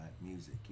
music